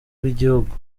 bw’igihugu